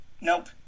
Nope